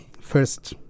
First